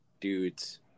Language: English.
dudes